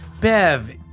Bev